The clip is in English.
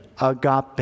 Agape